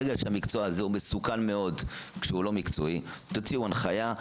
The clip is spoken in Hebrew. ברגע שהמקצוע הזה מסוכן מאוד כשהוא לא מקצועי תוציאו הנחיה: